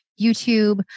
YouTube